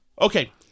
Okay